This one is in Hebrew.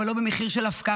אבל לא במחיר של הפקרה,